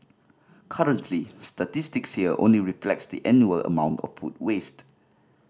currently statistics here only reflect the annual amount of food waste